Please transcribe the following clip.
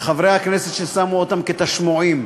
וחברי הכנסת ששמו אותם כתַשמוֹעים,